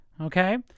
Okay